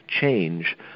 change